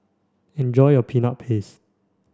enjoy your peanut paste